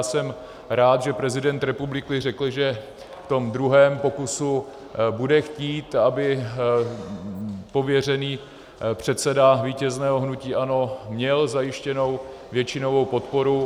Jsem rád, že prezident republiky řekl, že v druhém pokusu bude chtít, aby pověřený předseda vítězného hnutí ANO měl zajištěnou většinovou podporu.